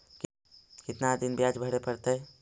कितना दिन बियाज भरे परतैय?